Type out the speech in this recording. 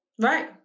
right